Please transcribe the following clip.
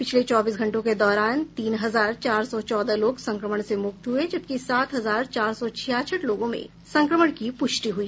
पिछले चौबीस घंटों के दौरान तीन हजार चार सौ चौदह लोग संक्रमण से मुक्त हुए जबकि सात हजार चार सौ छियासठ लोगों में संक्रमण की प्रष्टि हुई